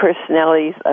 personalities